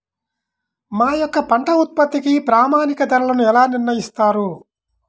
మా యొక్క పంట ఉత్పత్తికి ప్రామాణిక ధరలను ఎలా నిర్ణయిస్తారు?